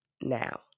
now